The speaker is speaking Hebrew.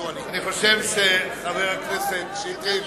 אני חושב, חבר הכנסת שטרית,